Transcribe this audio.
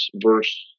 verse